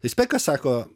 tai spekas sako